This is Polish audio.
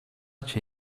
cię